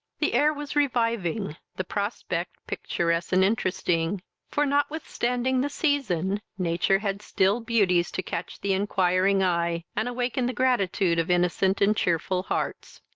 the air was reviving, the prospect picturesque and interesting for notwithstanding the season, nature had still beauties to catch the inquiring eye, and awaken the gratitude of innocent and cheerful hearts.